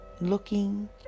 looking